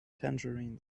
tangerines